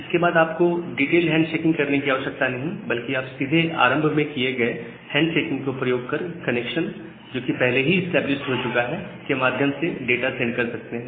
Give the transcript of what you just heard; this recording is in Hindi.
इसके बाद आपको डिटेल्ड हैंड शेकिंग करने की आवश्यकता नहीं होती बल्कि आप सीधे आरंभ में किए गए हैंड शेकिंग को प्रयोग कर कनेक्शन जो पहले ही इस्टैबलिश्ड हो चुका है के माध्यम से डाटा सेंड कर सकते हैं